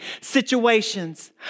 situations